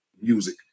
music